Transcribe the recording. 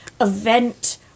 event